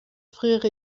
friere